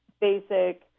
basic